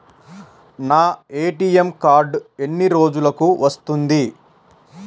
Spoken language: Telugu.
నా ఏ.టీ.ఎం కార్డ్ ఎన్ని రోజులకు వస్తుంది?